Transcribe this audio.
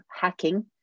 hacking